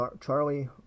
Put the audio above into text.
Charlie